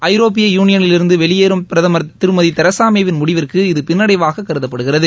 ஐரோப்பிய யூளியலிருந்து வெளியேறும் பிரதமர் திருமதி தெரசா மே வின் முடிவிற்கு இது பின்னடைவாக கருதப்படுகிறது